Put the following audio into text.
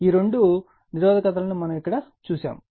ఈ రెండు నిరోధకతలను మనం ఇక్కడ ఉంచాము